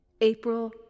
April